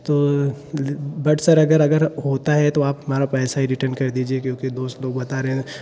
तो but sir अगर अगर होता है तो आप हमारा पैसा ही रिटर्न कर दीजिए क्योंकि दोस्त लोग बता रहे हैं